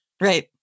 Right